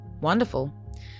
Wonderful